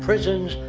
prisons,